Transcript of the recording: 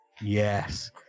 yes